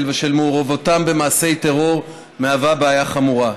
ושל מעורבותם במעשי טרור מהווה בעיה חמורה,